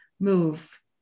move